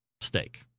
steak